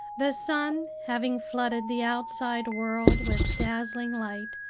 the sun, having flooded the outside world with dazzling light,